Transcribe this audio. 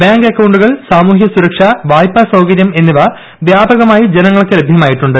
bank അക്കൌണ്ടുകൾ സാമൂഹ്യ സുരക്ഷ വായ്പാ സൌകര്യം എന്നിവ വ്യാപകമായി ജനങ്ങൾക്ക് ലഭ്യമായിട്ടുണ്ട്